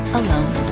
alone